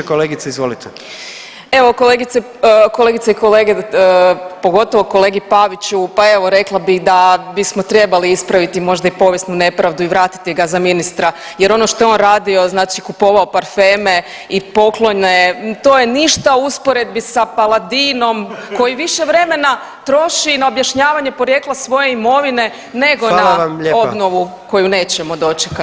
Evo kolegice i kolege, pogotovo kolegi Paviću, pa evo, rekla bih da bismo trebali ispraviti možda i povijesnu nepravdu i vratiti ga za ministra, jer ono što je on radio, znači kupovao parfeme i poklone, to je ništa u usporedbi sa Paladinom koji više vremena troši na objašnjavanje porijekla svoje imovine nego na obnovu [[Upadica: Hvala vam lijepa.]] koju nećemo dočekati.